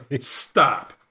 stop